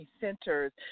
centers